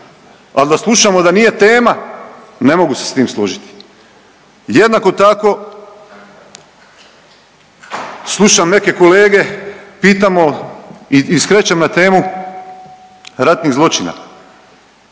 Ali da slušamo da nije tema ne mogu se s tim složiti. Jednako tako slušam neke kolege, pitamo i skrećem na temu ratnih zločina.